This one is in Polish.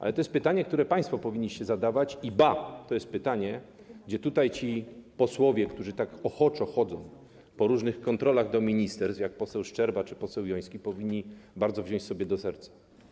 Ale to jest pytanie, które państwo powinniście zadawać, ba, to jest pytanie, które ci posłowie, którzy tak ochoczo chodzą na różne kontrole do ministerstw, jak poseł Szczerba czy poseł Joński, powinni bardzo wziąć sobie do serca.